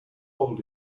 old